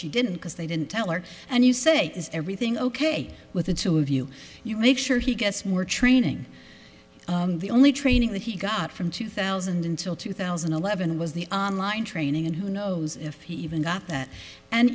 she didn't because they didn't tell her and you say is everything ok with the two of you you make sure he gets more training the only training that he got from two thousand and till two thousand and eleven was the on line training and who knows if he even got that